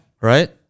right